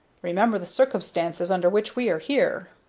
remember the circumstances under which we are here.